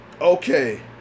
Okay